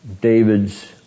David's